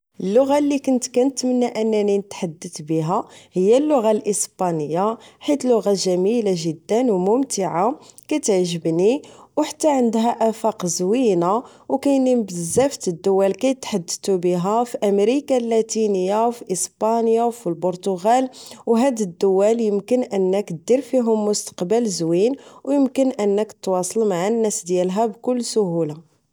اللغة لي كنت كنتمى أنني نتحدث بها هي اللغة الإسبانية حيت لغة جميلة جدا أو ممتعة كتعجبني أو حتا عندها أفاق زوينة أو كينين بزاف تالدوال كيتحدتو بها فأمريكا اللاتينية أو فإسبانيا أو فالبرتغال أو هاد الدوال يمكن أنك دير فيهوم مستقبل زوين أويمكن أنك تواصل مع الناس ديلها بكل سهولة